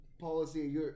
policy